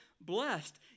blessed